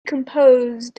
composed